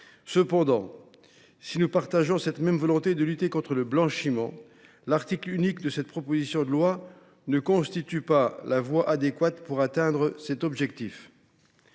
Cependant, si nous souscrivons à la volonté de lutter contre le blanchiment, l’article unique de cette proposition de loi ne constitue pas la voie adéquate pour atteindre cet objectif.